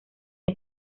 que